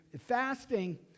Fasting